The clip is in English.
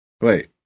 Wait